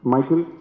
Michael